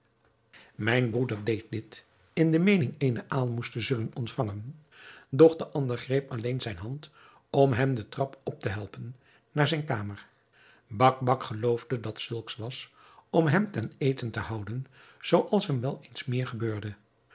mijn broeder deed dit in de meening eene aalmoes te zullen ontvangen doch de ander greep alleen zijne hand om hem den trap op te helpen naar zijne kamer bakbac geloofde dat zulks was om hem ten eten te houden zooals hem wel eens meer gebeurde